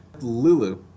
Lulu